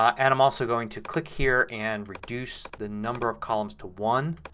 ah and i'm also going to click here and reduce the number of columns to one.